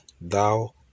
thou